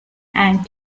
and